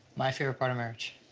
my favorite part of marriage?